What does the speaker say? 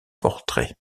portraits